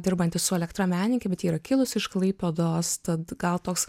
dirbanti su elektra menininkė bet ji yra kilusi iš klaipėdos tad gal toks